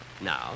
No